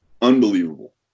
Unbelievable